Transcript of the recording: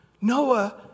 Noah